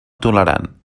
tolerant